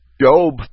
Job